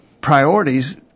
priorities